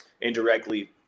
indirectly